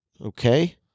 Okay